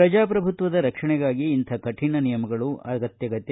ಪ್ರಜಾಪ್ರಭುತ್ವದ ರಕ್ಷಣೆಗಾಗಿ ಇಂಥ ಕಠಿಣ ನಿರ್ಣಯಗಳು ಅತ್ಯಗತ್ಯ